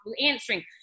answering